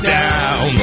down